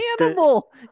animal